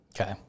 Okay